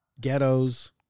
ghettos